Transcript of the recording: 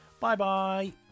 bye-bye